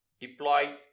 deploy